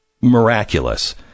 miraculous